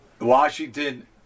Washington